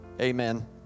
Amen